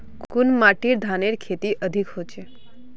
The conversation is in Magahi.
कुन माटित धानेर खेती अधिक होचे?